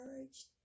encouraged